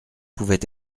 pouvait